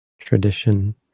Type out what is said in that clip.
tradition